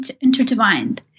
intertwined